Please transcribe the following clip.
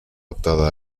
adaptada